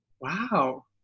Wow